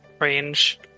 range